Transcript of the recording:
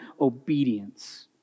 obedience